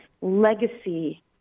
legacy